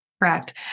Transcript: Correct